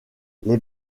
les